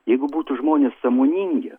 jeigu būtų žmonės sąmoningi